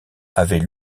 avait